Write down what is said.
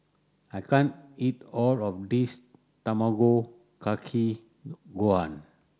I can't eat all of this Tamago Kake Gohan